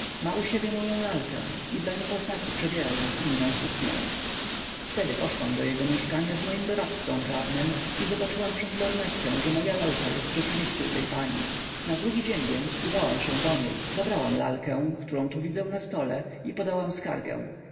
u siebie moję lalkę i dla niepoznaki przebiera ją w inną suknią wtedy poszłam do jego mieszkania z moim doradcą prawnym i zobaczyłam przez lornetkę że moja lalka jest rzeczywiście u tej pani na drugi dzień więc udałam się do niej zabrałam lalkę którą tu widzę na stole i podałam skargę